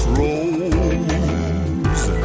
rose